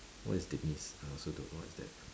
what is demise I also don't know what is that